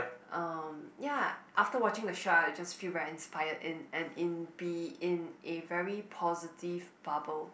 um ya after watching the show I'll just feel very inspired and and in be in a very positive bubble